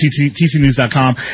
tcnews.com